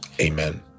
Amen